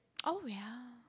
oh yeah